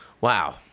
Wow